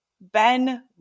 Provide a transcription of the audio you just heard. Ben